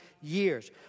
years